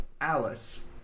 Alice